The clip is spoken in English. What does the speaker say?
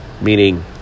Meaning